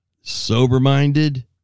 Sober-minded